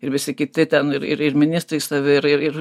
ir visi kiti ten ir ir ministrai savi ir ir ir